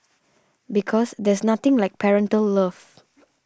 because there's nothing like parental love